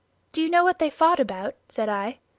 do you know what they fought about? said i.